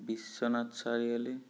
Biswanath Chariali